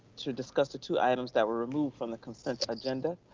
to discuss the two items that were removed from the consent agenda.